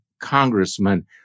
congressman